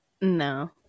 no